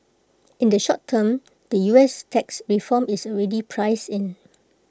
in the short term the U S tax reform is already priced in